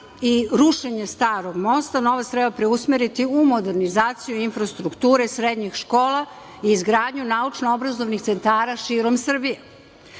i rušenje Starog mosta, novac treba preusmeriti u modernizaciju infrastrukture srednjih škola, izgradnju naučno-obrazovnih centara širom Srbije. Takođe,